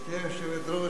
גברתי היושבת-ראש,